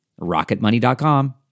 rocketmoney.com